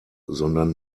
sondern